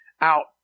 out